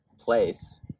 place